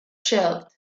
shelved